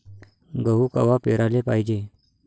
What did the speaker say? गहू कवा पेराले पायजे?